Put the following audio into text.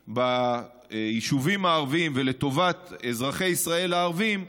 ביישובים הערביים ולטובת אזרחי ישראל הערבים,